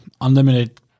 unlimited